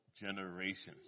generations